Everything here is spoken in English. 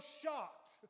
shocked